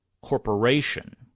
Corporation